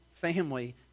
family